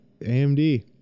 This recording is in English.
AMD